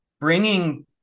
bringing